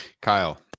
kyle